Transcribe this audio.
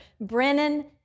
Brennan